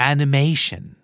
Animation